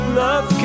love